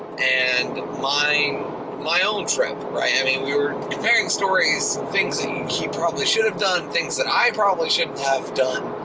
and my my own trip. right, i mean we were comparing stories, things and he probably should have done, things that i probably should have done